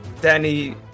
Danny